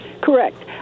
correct